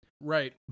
Right